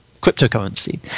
cryptocurrency